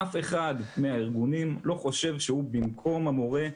אף אחד מהארגונים לא חושב שהוא במקום המורה.